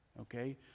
Okay